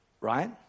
Right